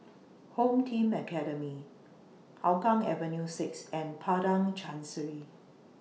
Home Team Academy Hougang Avenue six and Padang Chancery